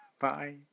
Bye